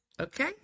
Okay